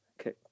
okay